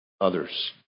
others